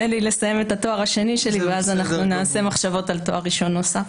תן לי לסיים את התואר השני שלי ואז נעשה מחשבות על תואר ראשון נוסף.